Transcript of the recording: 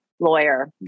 Lawyer